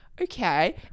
okay